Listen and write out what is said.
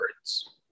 words